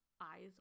eyes